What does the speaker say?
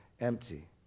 empty